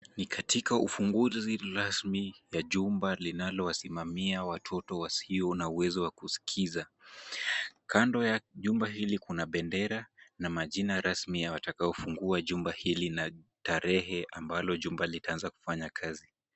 Ni katika ufunguzi rasmi ya jumba linalowasimamia watoto wasio na uwezo wa kuskiza. Kando ya jumba hili kuna bendera na majina rasmi ya watakaofungua jumba hili na tarehe ambalo jumba litaanza kufanya kazi.